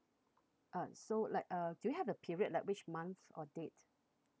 uh so like uh do you have the period like which month or date